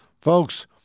Folks